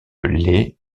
les